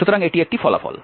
সুতরাং এটি একটি ফলাফল